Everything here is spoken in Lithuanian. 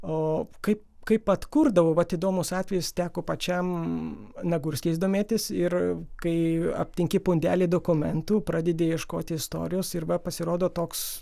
o kaip kaip atkurdavo vat įdomus atvejis teko pačiam nagurskiais domėtis ir kai aptinki pundelį dokumentų pradedi ieškoti istorijos ir va pasirodo toks